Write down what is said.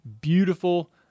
beautiful